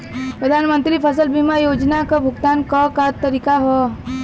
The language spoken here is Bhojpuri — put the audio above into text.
प्रधानमंत्री फसल बीमा योजना क भुगतान क तरीकाका ह?